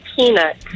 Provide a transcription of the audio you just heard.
Peanut